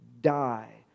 die